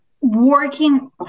working